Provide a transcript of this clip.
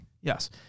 Yes